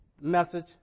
message